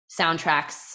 soundtracks